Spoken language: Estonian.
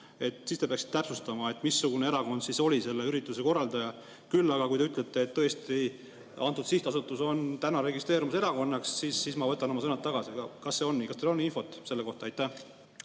üritusel. Te peaksite täpsustama, missugune erakond oli selle ürituse korraldaja. Aga kui te ütlete, et tõesti antud sihtasutus on registreerumas erakonnana, siis ma võtan oma sõnad tagasi. Kas see on nii? Kas teil on infot selle kohta? Aitäh,